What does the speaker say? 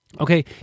Okay